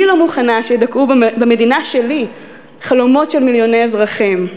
אני לא מוכנה שידכאו במדינה שלי חלומות של מיליוני אזרחים.